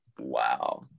Wow